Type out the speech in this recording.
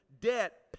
debt